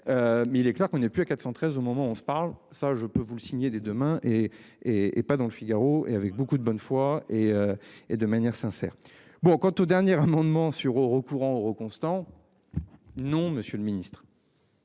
Mais il est clair qu'on est plus à 413 au moment où on se parle, ça je peux vous le signez dès demain et et et pas dans le Figaro et avec beaucoup de bonne foi et et de manière sincère bon quant aux dernières amendement sur au recours, en euros constants. Non. Monsieur le Ministre.